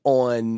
on